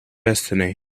destiny